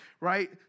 Right